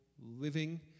living